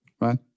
right